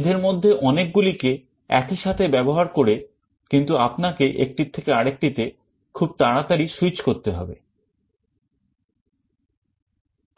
এদের মধ্যে অনেকগুলিকে একই সাথে ব্যবহার করে কিন্তু আপনাকে একটির থেকে আরেক টিতে খুব তাড়াতাড়ি switch করতে হবে